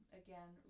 again